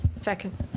Second